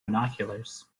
binoculars